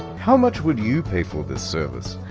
how much would you pay for this service?